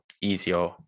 easier